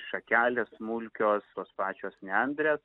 šakelės smulkios tos pačios nendrės